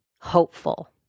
hopeful